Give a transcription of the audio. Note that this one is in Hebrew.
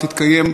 נתקבלה.